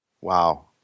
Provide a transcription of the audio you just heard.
Wow